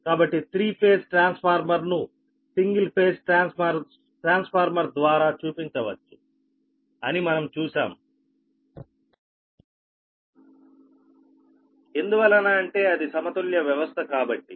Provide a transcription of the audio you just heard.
కాబట్టి three phase ట్రాన్స్ఫార్మర్ను single phase transformer ద్వారా చూపించవచ్చు అని మనం చూశాము ఎందువలన అంటే అది సమతుల్య వ్యవస్థ కాబట్టి